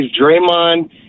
draymond